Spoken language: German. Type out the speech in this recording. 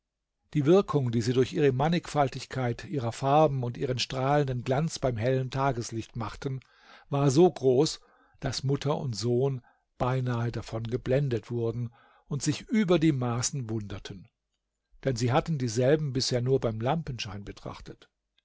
die wirkung die sie durch die mannigfaltigkeit ihrer farben und ihren strahlenden glanz beim hellen tageslicht machten war so groß daß mutter und sohn beinahe davon geblendet wurden und sich über die maßen wunderten denn sie hatten dieselben bisher nur beim lampenschein betrachtet